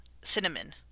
Cinnamon